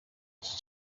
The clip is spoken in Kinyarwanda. iki